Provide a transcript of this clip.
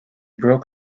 broke